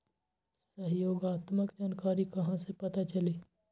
सहयोगात्मक जानकारी कहा से पता चली?